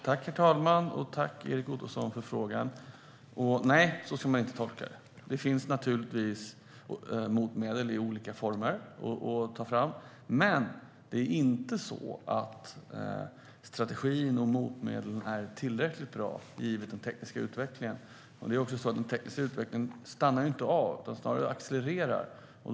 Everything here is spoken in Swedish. Herr talman! Tack, Erik Ottoson, för frågan! Nej, så ska man inte tolka det. Det finns naturligtvis motmedel i olika former, men strategin och motmedlen är inte tillräckligt bra givet den tekniska utvecklingen. Den tekniska utvecklingen stannar ju inte heller av, utan snarare accelererar den.